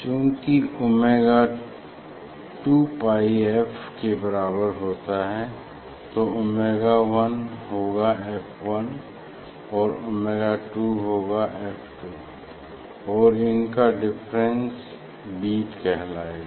चूँकि omega 2 pi f के बराबर होता है तो ओमेगा 1 होगा f 1 और ओमेगा 2 होगा f 2 और इनका डिफरेंस बीट कहलायेगा